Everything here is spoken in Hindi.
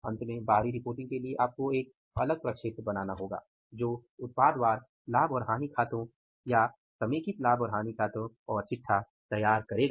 अंत में बाहरी रिपोर्टिंग के लिए आपको एक अलग प्रक्षेत्र बनाना होगा जो उत्पाद वार लाभ और हानि खातों या समेकित लाभ और हानि खाते और चिट्ठा तैयार करेगा